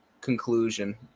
conclusion